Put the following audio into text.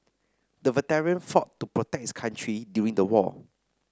the veteran fought to protect his country during the war